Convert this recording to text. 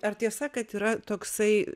ar tiesa kad yra toksai